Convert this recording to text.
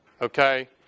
okay